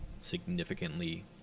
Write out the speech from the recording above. significantly